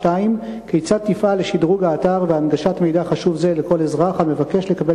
2. כיצד תפעל לשדרוג האתר ולהנגשת מידע חשוב זה לכל אזרח המבקש לקבל